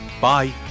Bye